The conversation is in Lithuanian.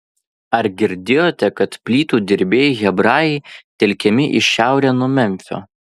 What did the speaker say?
ar girdėjote kad plytų dirbėjai hebrajai telkiami į šiaurę nuo memfio